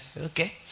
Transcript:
Okay